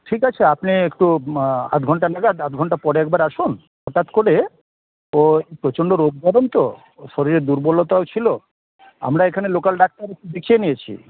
ঠিক আছে আপনি একটু আধঘণ্টা নাগাদ আধঘণ্টা পরে একবার আসুন হঠাৎ করে ওর প্রচণ্ড রোদ গরম তো শরীরে দুর্বলতাও ছিলো আমরা এখানে লোকাল ডাক্তার দেখিয়ে নিয়েছি